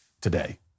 today